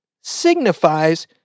signifies